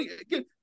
again